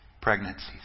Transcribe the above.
pregnancies